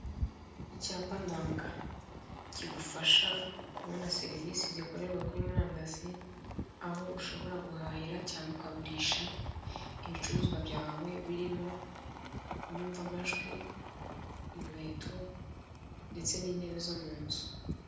Icyapa ndanga kigufasha kubona serivise zikorerwa kuri murandasi aho ushobora guhahira cyangwa ukagurisha ibicuruzwa byawe birimo inyumvamajwi, inkweto ndetse n'intebe zo munzu.